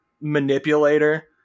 manipulator